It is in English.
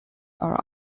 are